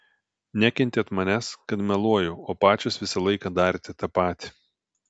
nekentėt manęs kad meluoju o pačios visą laiką darėte tą patį